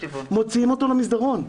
מוציאים אותו למסדרון.